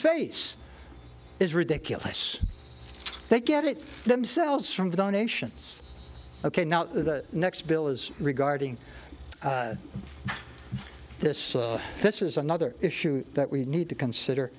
face is ridiculous they get it themselves from the donations ok now the next bill is regarding this this is another issue that we need to consider